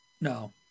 no